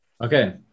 Okay